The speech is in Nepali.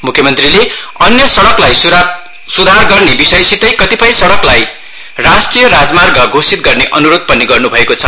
मुख्य मन्त्रीले अन्य सइकलाई सुधार गर्ने विषयसितै कतिपय सड़कलाई राष्ट्रिय राज मार्ग घोषित गर्ने अन्रोध पनि गर्न् भएको छ